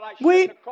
wait